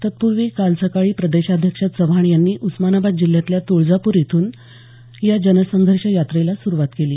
तत्पर्वी काल सकाळी प्रदेशाध्यक्ष चव्हाण यांनी उस्मानाबाद जिल्ह्यातल्या तुळजापूर इथून काल या जनसंघर्ष यात्रेला सुरुवात केली